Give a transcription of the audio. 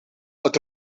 het